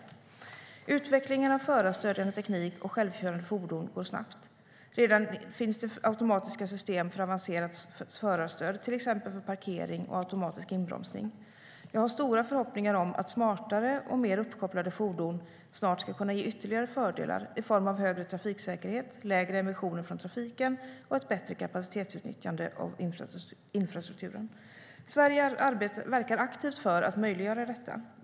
Utvecklingen av förarstödjande teknik och självkörande fordon går snabbt. Redan finns det automatiska system för avancerat förarstöd, till exempel för parkering och automatisk inbromsning. Jag har stora förhoppningar om att smartare och mer uppkopplade fordon snart ska kunna ge ytterligare fördelar i form av högre trafiksäkerhet, lägre emissioner från trafiken och ett bättre kapacitetsutnyttjande av infrastrukturen. Sverige verkar aktivt för att möjliggöra detta.